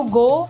go